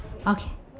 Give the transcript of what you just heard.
okay